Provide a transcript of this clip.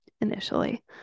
initially